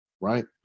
right